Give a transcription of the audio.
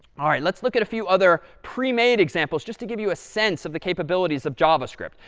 all right. let's look at a few other premade examples just to give you a sense of the capabilities of javascript.